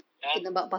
ya